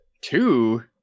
Two